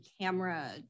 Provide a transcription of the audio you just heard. camera